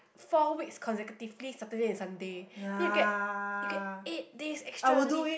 four weeks consecutively Saturday and Sunday then you get you get eight days extra leave